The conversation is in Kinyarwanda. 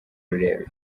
rurerure